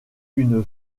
une